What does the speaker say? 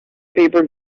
paper